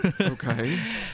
okay